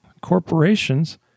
corporations